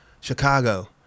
Chicago